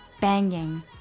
banging